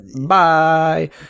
bye